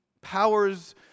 powers